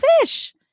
fish